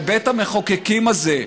בבית המחוקקים הזה.